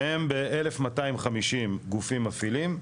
שהם ב-1,250 גופים מפעילים,